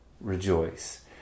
rejoice